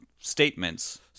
statements